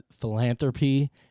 philanthropy